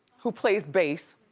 who plays bass,